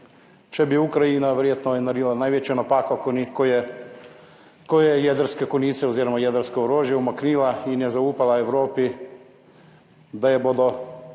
Če bi Ukrajina verjetno naredila največjo napako, ko ni, ko je, ko je jedrske konice oziroma jedrsko orožje umaknila in je zaupala Evropi, da jo bodo